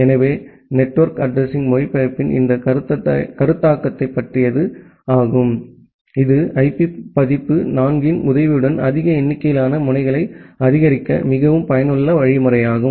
எனவே network addressing மொழிபெயர்ப்பின் இந்த கருத்தாக்கத்தைப் பற்றியது இது ஐபி பதிப்பு 4 இன் உதவியுடன் அதிக எண்ணிக்கையிலான முனைகளை ஆதரிக்க மிகவும் பயனுள்ள வழிமுறையாகும்